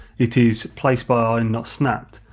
it is place by eye and not snapped.